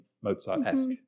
mozart-esque